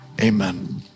amen